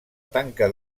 tanca